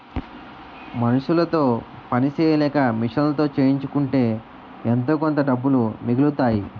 మనుసులతో పని సెయ్యలేక మిషన్లతో చేయించుకుంటే ఎంతోకొంత డబ్బులు మిగులుతాయి